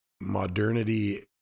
modernity